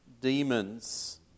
demons